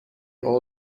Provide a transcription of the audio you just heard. all